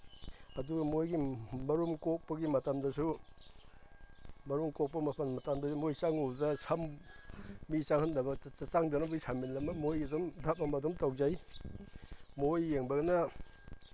ꯑꯗꯨꯒ ꯃꯣꯏꯒꯤ ꯃꯔꯨꯝ ꯀꯣꯛꯄꯒꯤ ꯃꯇꯝꯗꯁꯨ ꯃꯔꯨꯝ ꯀꯣꯛꯄꯒꯤ ꯃꯇꯝꯗꯁꯨ ꯃꯣꯏ ꯆꯪꯉꯨꯕꯗ ꯁꯝ ꯃꯤ ꯆꯪꯍꯟꯗꯕ ꯆꯪꯗꯅꯕꯒꯤ ꯁꯃꯤꯟ ꯑꯃ ꯃꯣꯏꯒꯤ ꯑꯗꯨꯝ ꯙꯞ ꯑꯃ ꯑꯗꯨꯝ ꯇꯧꯖꯩ ꯃꯣꯏ ꯌꯦꯡꯕꯗꯅ